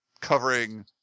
covering